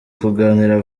kuganira